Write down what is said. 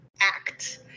act